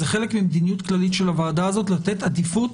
זה חלק ממדיניות כללית של הוועדה הזאת לתת עדיפות